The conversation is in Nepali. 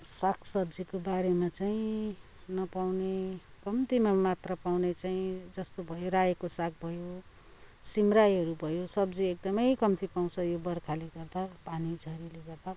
सागसब्जीको बारेमा चाहिँ नपाउने कम्तीमा मात्र पाउने चाहिँ जस्तो भयो रायोको साग भयो सिमरायोहरू भयो सब्जी एकदमै कम्ती पाउँछ यो बर्खाले गर्दा पानीझरीले गर्दा